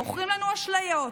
מוכרים אשליות.